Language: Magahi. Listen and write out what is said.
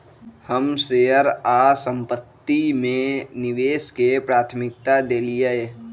हम शेयर आऽ संपत्ति में निवेश के प्राथमिकता देलीयए